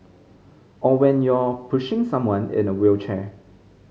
or when you're pushing someone in a wheelchair